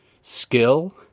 skill